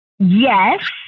Yes